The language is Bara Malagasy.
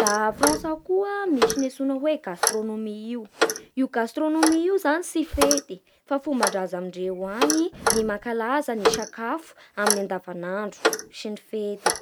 Da a France any koa misy ny antsoina hoe gastronomie io. Io gastronomie io zany tsy fety fa fomban-drazandreo agny ny mankaza ny sakafo amin'ny andavanandro sy ny fety.